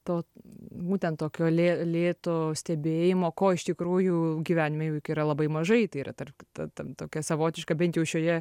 to būtent tokio lė lėto stebėjimo ko iš tikrųjų gyvenime juk yra labai mažai tai yra tark ta ta tokia savotiška bent jau šioje